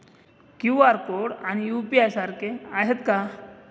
QR code आणि UPI सारखे आहेत का?